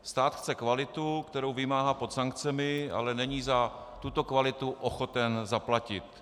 Stát chce kvalitu, kterou vymáhá pod sankcemi, ale není za tuto kvalitu ochoten zaplatit.